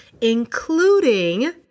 including